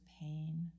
pain